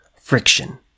friction